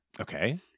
Okay